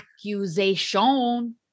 Accusation